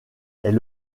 est